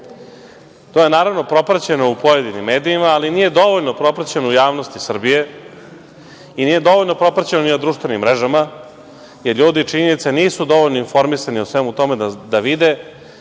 je naravno propraćeno u pojedinim medijima, ali nije dovoljno propraćeno u javnosti Srbije i nije dovoljno propraćeno na društvenim mrežama, jer ljudi, činjenica, nisu dovoljno informisani o svemu tome da vide,